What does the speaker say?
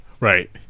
Right